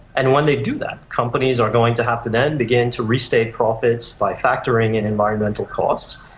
and when they do that, companies are going to have to then begin to re-state profits by factoring in environmental costs,